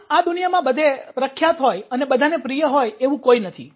આમ આ દુનિયામાં બધે પ્રખ્યાત હોય અને બધાને પ્રિય હોય એવું કોઈ નથી